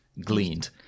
gleaned